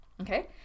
Okay